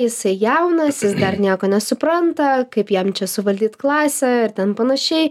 jisai jaunas jis dar nieko nesupranta kaip jam čia suvaldyt klasę ir ten panašiai